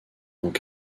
donc